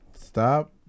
stop